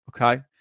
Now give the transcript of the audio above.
Okay